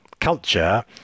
culture